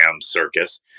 circus